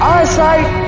Eyesight